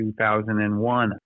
2001